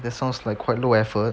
that sounds like quite low effort